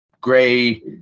gray